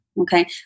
Okay